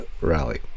rally